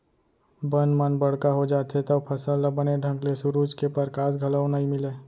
बन मन बड़का हो जाथें तव फसल ल बने ढंग ले सुरूज के परकास घलौ नइ मिलय